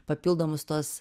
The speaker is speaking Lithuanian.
papildomus tuos